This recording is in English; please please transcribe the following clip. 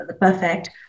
perfect